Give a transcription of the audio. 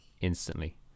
instantly